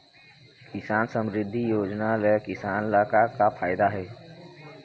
किसान समरिद्धि योजना ले किसान ल का का फायदा हे?